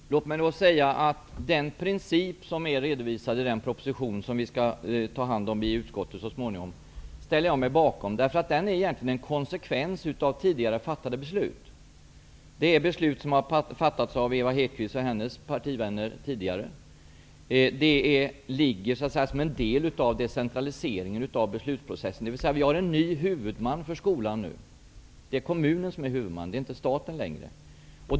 Herr talman! Jag ställer mig bakom den princip som redovisas i den proposition som så småningom skall behandlas i utskottet. Den är egentligen en konsekvens av tidigare beslut, som har fattats av Ewa Hedkvist Petersens partivänner. Denna princip utgör också en del i decentraliseringen av beslutsprocessen. Det är nu kommunen som är huvudman, inte staten.